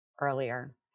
earlier